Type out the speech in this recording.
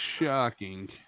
shocking